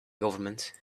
government